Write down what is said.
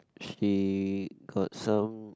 she got some